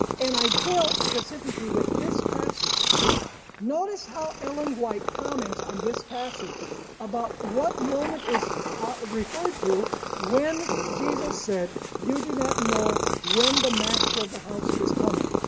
and i dealt specifically with this passage notice how ellen white comments on this passage about what moment is referred to when jesus said, you do not know when the master of the house is coming.